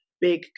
Big